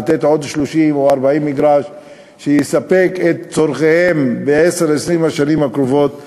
לתת עוד 30 או 40 מגרשים שיספקו את צורכיהם בעשר השנים הקרובות.